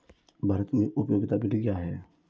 भारत में उपयोगिता बिल क्या हैं?